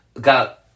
got